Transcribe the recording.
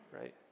right